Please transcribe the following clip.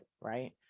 right